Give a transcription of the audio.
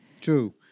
True